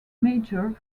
major